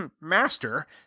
master